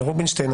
רובינשטיין,